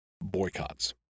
boycotts